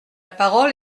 parole